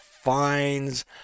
fines